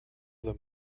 them